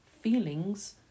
feelings